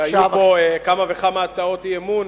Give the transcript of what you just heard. שהיו פה כמה וכמה הצעות אי-אמון,